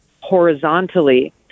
horizontally